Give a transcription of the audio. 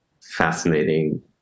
fascinating